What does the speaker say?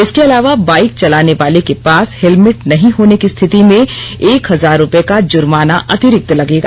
इसके अलावा बाइक चलाने वाले के पास हेलमेट नहीं होने की स्थिति में एक हजार रुपये का जूर्माना अतिरिक्त लगेगा